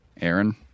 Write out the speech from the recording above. Aaron